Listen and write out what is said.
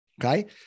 Okay